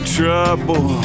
trouble